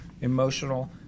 emotional